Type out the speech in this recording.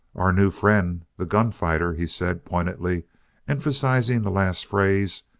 our new friend, the gun-fighter, he said, pointedly emphasizing the last phrase,